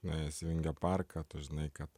nes vingio parką tu žinai kad